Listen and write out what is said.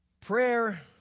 Prayer